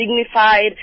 dignified